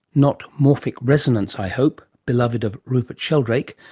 not morphic resonance i hope, beloved of rupert sheldrake.